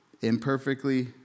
Imperfectly